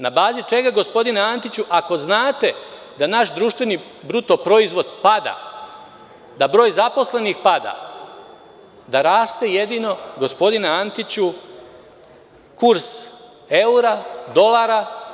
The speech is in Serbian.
Na bazi čega, gospodine Antiću, ako znate da naš BDP pada, da broj zaposlenih pada, a da raste jedino, gospodine Antiću, kurs eura, dolara?